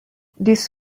these